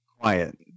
quiet